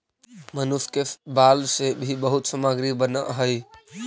मनुष्य के बाल से भी बहुत सामग्री बनऽ हई